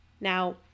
Now